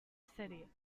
city